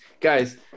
guys